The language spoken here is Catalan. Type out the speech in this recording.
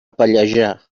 pallejà